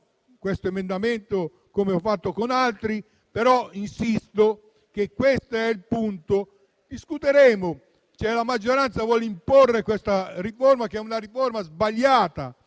questo emendamento, come ho fatto con altri, però insisto che questo è il punto. Discuteremo. La maggioranza vuole imporre questa riforma sbagliata,